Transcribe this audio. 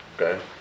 okay